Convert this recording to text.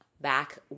back